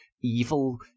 evil